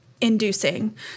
inducing